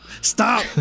stop